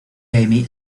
amy